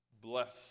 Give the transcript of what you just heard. bless